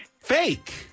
Fake